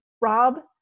Rob